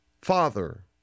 Father